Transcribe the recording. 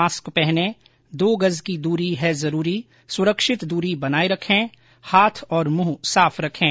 mask पहनें दो गज की दूरी है जरूरी सुरक्षित दरी बनाए रखें हाथ और मुंह साफ रखें